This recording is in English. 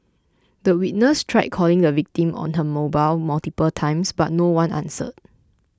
the witness tried calling the victim on her mobile multiple times but no one answered